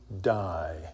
die